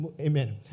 amen